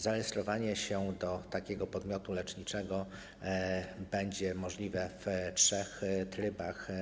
Zarejestrowanie się do takiego podmiotu leczniczego będzie możliwe w trzech trybach.